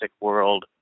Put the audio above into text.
world